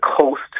coast